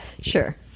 Sure